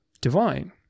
divine